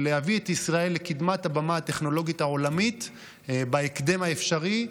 להביא את ישראל לקדמת הבמה הטכנולוגית העולמית בהקדם האפשרי,